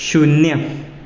शुन्य